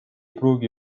pruugi